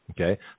okay